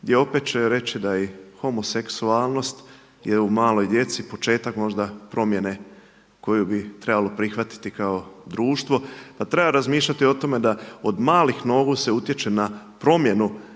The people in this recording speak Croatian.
gdje opet će reći da je homoseksualnost je u maloj djeci, početak možda promjene koju bi trebalo prihvatiti kao društvo. Pa treba razmišljati o tome da od malih nogu se utječe na promjenu